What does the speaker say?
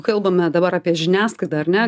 kalbame dabar apie žiniasklaidą ar ne